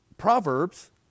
Proverbs